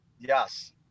Yes